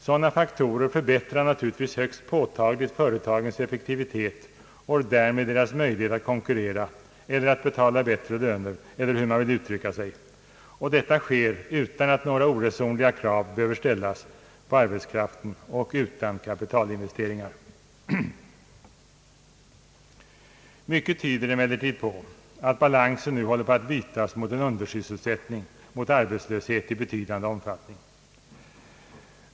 Sådana faktorer förbättrar naturligtvis högst påtagligt företagens effektivitet och därmed deras möjligheter att konkurrera eller att betala bättre löner — eller hur man vill uttrycka sig. Detta sker utan att några oresonliga krav behöver ställas på arbetskraften och utan kapitalinvesteringar. Mycket tyder emellertid på att balansen nu håller på att bytas mot en undersysselsättning, arbetslöshet, i betydande omfattning.